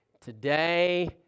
today